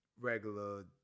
regular